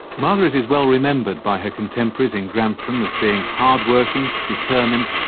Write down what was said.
margaret is is well remembered by her contemporaries in grantham as being hard-working, determined,